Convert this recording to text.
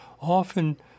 often